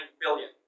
billion